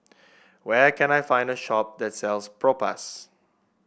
where can I find a shop that sells Propass